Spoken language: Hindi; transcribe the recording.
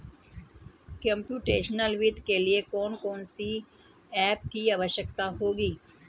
कंप्युटेशनल वित्त के लिए कौन कौन सी एप की आवश्यकता होगी?